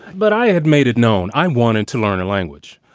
but i had made it known i wanted to learn a language.